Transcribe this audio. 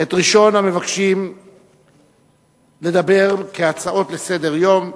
את ראשון המבקשים לדבר בהצעות לסדר-היום,